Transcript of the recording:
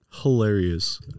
Hilarious